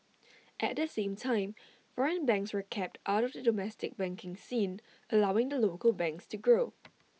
at the same time foreign banks were kept out of the domestic banking scene allowing the local banks to grow